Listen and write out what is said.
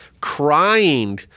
crying